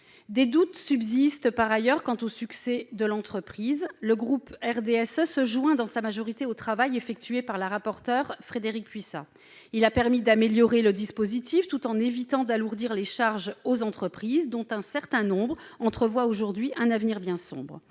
Des doutes subsistent par ailleurs quant au succès de l'entreprise. La majorité du groupe du RDSE approuve le travail effectué par la rapporteure Frédérique Puissat. Celui-ci a permis d'améliorer le dispositif tout en évitant d'alourdir les charges des entreprises, dont un certain nombre entrevoit aujourd'hui un avenir sombre.